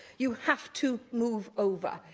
you have to move over,